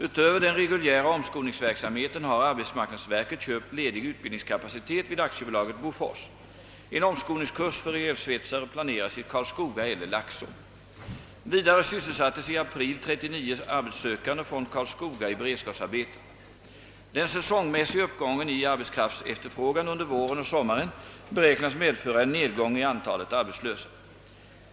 Utöver den reguljära omskolningsverksamheten har <arbetsmarknadsverket köpt ledig utbildningskapacitet vid AB Bofors. En omskolningskurs för elsvetsare planeras i Karlskoga eller Laxå. Den säsongmässiga uppgången i arbetskraftsefterfrågan under våren och sommaren beräknas medföra en nedgång i antalet arbetslösa.